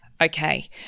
Okay